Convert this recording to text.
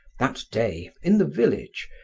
that day, in the village,